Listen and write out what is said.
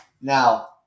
Now